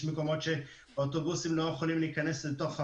יש מקומות שאוטובוסים לא יכולים להיכנס לתוך הרחוב.